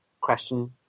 question